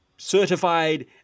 certified